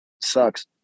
Sucks